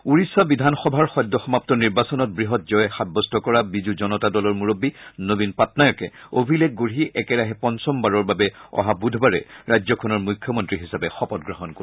ওড়িশা বিধানসভাৰ সদ্যসমাপ্ত নিৰ্বাচনত বৃহৎ জয় সাব্যস্ত কৰা বিজু জনতা দলৰ মুৰববী নবীন পাটনায়কে অভিলেখ গঢ়ি একেৰাহে পঞ্চমবাৰৰ বাবে অহা বুধবাৰে ৰাজ্যখনৰ মুখ্যমন্ত্ৰী হিচাপে শপতগ্ৰহণ কৰিব